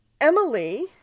Emily